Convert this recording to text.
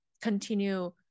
continue